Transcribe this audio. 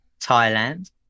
Thailand